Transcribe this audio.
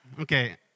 Okay